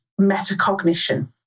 metacognition